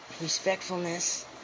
respectfulness